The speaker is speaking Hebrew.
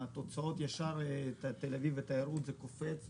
בתוצאות זה קופץ פלאים,